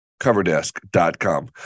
CoverDesk.com